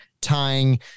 tying